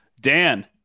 Dan